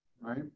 right